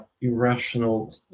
irrational